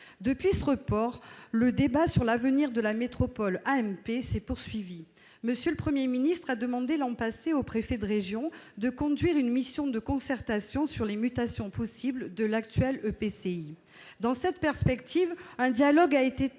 Depuis ce report, le débat sur l'avenir de la métropole AMP s'est poursuivi. M. le Premier ministre a demandé l'an passé au préfet de région de conduire une mission de concertation sur les mutations possibles de l'actuel EPCI. Dans cette perspective, un dialogue a été établi